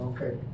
Okay